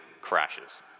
crashes